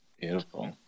Beautiful